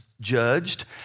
judged